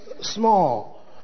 small